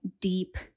deep